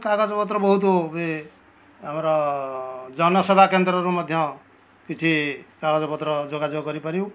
କାଗଜପତ୍ର ବହୁତ ହୁଏ ଆମର ଜନସେବା କେନ୍ଦ୍ରରୁ ମଧ୍ୟ କିଛି କାଗଜପତ୍ର ଯୋଗାଯୋଗ କରିପାରିବୁ